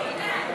חוק ניירות ערך